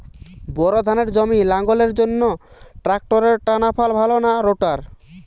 Bore ধানের জমি লাঙ্গলের জন্য ট্রাকটারের টানাফাল ভালো না রোটার?